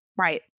Right